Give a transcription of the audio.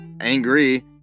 angry